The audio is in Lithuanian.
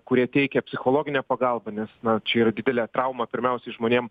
kurie teikia psichologinę pagalbą nes na čia yra didelė trauma pirmiausiai žmonėm